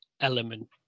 element